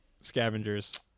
scavengers